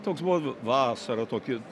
toks buvo vasarą toki